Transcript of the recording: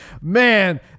man